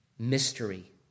Mystery